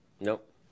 Nope